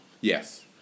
Yes